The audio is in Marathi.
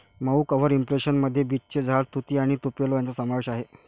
मऊ कव्हर इंप्रेशन मध्ये बीचचे झाड, तुती आणि तुपेलो यांचा समावेश आहे